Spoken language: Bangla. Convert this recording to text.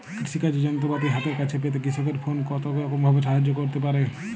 কৃষিকাজের যন্ত্রপাতি হাতের কাছে পেতে কৃষকের ফোন কত রকম ভাবে সাহায্য করতে পারে?